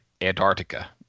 Antarctica